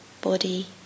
body